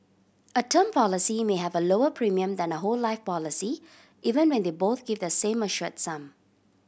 a term policy may have a lower premium than a whole life policy even when they both give the same assured sum